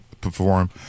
perform